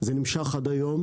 זה נמשך עד היום.